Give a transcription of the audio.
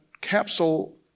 capsule